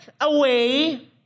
away